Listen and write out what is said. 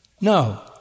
No